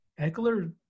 Eckler –